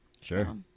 sure